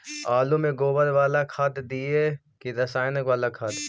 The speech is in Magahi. आलु में गोबर बाला खाद दियै कि रसायन बाला खाद?